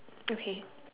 okay